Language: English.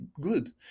good